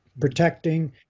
protecting